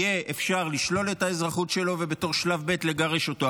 יהיה אפשר לשלול את האזרחות שלו ובתור שלב ב' לגרש אותו.